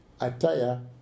attire